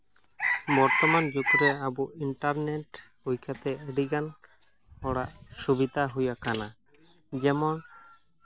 ᱵᱚᱨᱛᱚᱢᱟᱱ ᱡᱩᱜᱽ ᱨᱮ ᱟᱵᱚ ᱤᱱᱴᱟᱨᱱᱮᱴ ᱦᱩᱭ ᱠᱟᱛᱮᱫ ᱟᱹᱰᱤᱜᱟᱱ ᱦᱚᱲᱟᱜ ᱥᱩᱵᱤᱫᱟ ᱦᱩᱭ ᱟᱠᱟᱱᱟ ᱡᱮᱢᱚᱱ